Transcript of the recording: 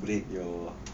break your